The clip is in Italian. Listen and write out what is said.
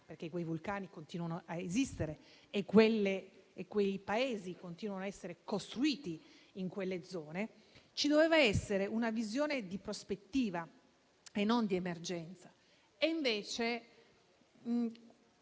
perché quei vulcani continuano a esistere e in quei paesi si continua a costruire, ci doveva essere una visione di prospettiva e non di emergenza.